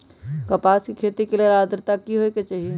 कपास के खेती के लेल अद्रता की होए के चहिऐई?